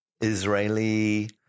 Israeli